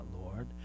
Lord